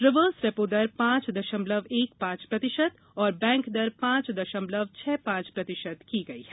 reverse repo दर पांच दशमलव एक पांच प्रतिशत और बैंक दर पांच दशमलव छह पांच प्रतिशत की गई है